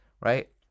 right